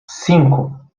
cinco